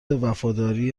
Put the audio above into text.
وفاداری